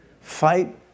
Fight